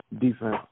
defense